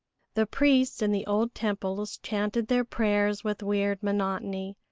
the priests in the old temples chanted their prayers with weird monotony,